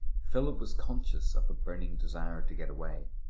philip was conscious of a burning desire to get away.